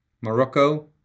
Morocco